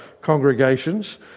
congregations